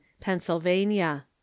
Pennsylvania